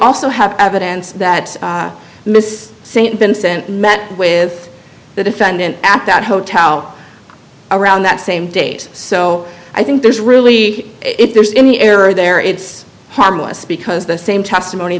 also have evidence that miss st vincent met with the defendant at that hotel around that same date so i think there's really if there's any error there it's harmless because the same testimony